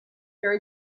there